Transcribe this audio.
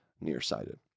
nearsighted